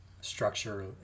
structure